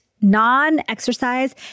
non-exercise